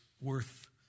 worth